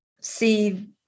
see